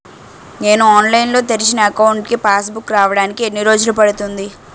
నేను ఆన్లైన్ లో తెరిచిన అకౌంట్ కి పాస్ బుక్ రావడానికి ఎన్ని రోజులు పడుతుంది?